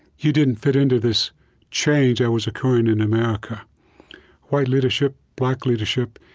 you didn't fit into this change that was occurring in america white leadership, black leadership,